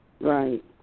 Right